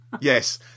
yes